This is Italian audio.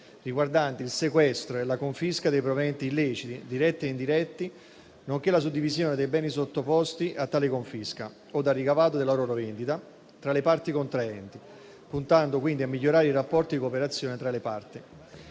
riguardanti il sequestro e la confisca dei proventi illeciti, diretti e indiretti, nonché la suddivisione dei beni sottoposti a tale confisca o dal ricavato della loro vendita tra le parti contraenti, puntando quindi a migliorare i rapporti di cooperazione tra le parti.